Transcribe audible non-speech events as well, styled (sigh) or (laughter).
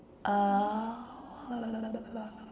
uh (noise)